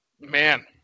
man